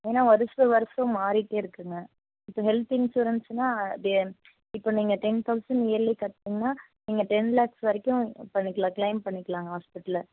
ஏன்னா வருஷம் வருஷம் மாறிகிட்டே இருக்குங்க இப்போ ஹெல்த் இன்ஷூரன்ஸுன்னா அது இப்போ நீங்கள் டென் தௌசண்ட் இயர்லி கட்டுனீங்கன்னா நீங்கள் டென் லேக்ஸ் வரைக்கும் இது பண்ணிக்கலாம் கிளைம் பண்ணிக்கலாங்க ஹாஸ்பிட்டலில்